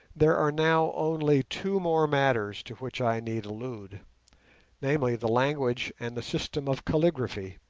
there are now only two more matters to which i need allude namely, the language and the system of calligraphy.